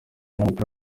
umukinnyi